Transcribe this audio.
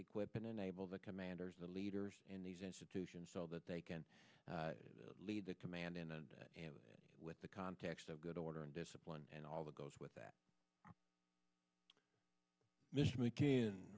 equip and enable the commanders the leaders in these institutions so that they can lead the command in and with the context of good order and discipline and all that goes with that mission m